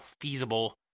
feasible